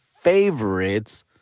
favorites